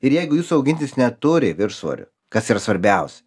ir jeigu jūsų augintis neturi viršsvorio kas yra svarbiaus